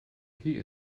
key